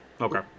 okay